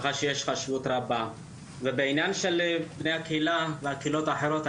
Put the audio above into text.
ככה שיש חשיבות רבה ובעניין של בני הקהילה והקהילות האחרות,